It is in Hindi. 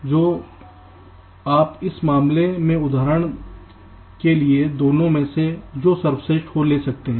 तो आप इस मामले में उदाहरण के लिए दोनों में से जो सर्वश्रेष्ठ हो ले सकते हैं